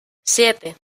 siete